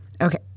Okay